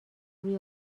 روی